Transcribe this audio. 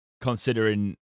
considering